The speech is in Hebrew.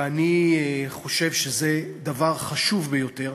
ואני חושב שזה דבר חשוב ביותר